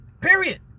Period